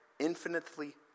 infinitely